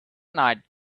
night